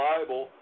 Bible